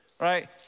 right